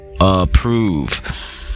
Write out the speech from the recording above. approve